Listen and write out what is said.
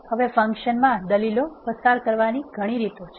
હવે ફંક્શનમાં દલીલો પસાર કરવાની ઘણી રીતો છે